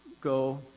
go